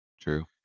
True